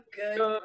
good